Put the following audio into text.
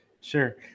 Sure